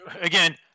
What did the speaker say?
again